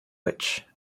witch